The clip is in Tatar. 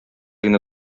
генә